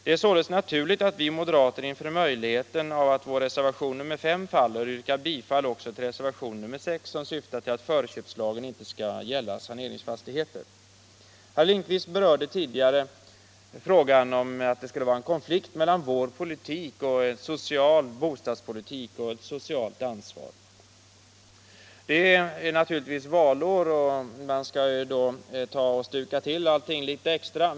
Det är således naturligt att vi moderater inför möjligheten av att vår reservation 5 faller yrkar bifall också till reservationen 6, som syftar till att förköpslagen inte skall gälla saneringsfastigheter. Herr Lindkvist berörde tidigare frågan om att det skulle föreligga en konflikt mellan vår politik och social bostadspolitik och socialt ansvar. Det är som bekant valår och då måste man naturligtvis ta och stuka till allting litet extra.